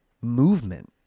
movement